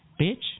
Bitch